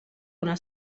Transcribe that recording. una